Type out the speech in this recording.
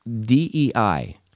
DEI